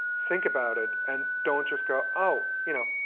think about it and don't just go, oh. you know,